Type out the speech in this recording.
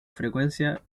frecuencia